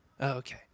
Okay